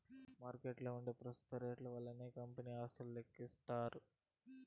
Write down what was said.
మార్కెట్ల ఉంటే పెస్తుత రేట్లు వల్లనే కంపెనీ ఆస్తులు లెక్కిస్తాండారు